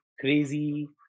crazy